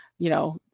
you know,